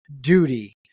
duty